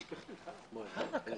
(הישיבה נפסקה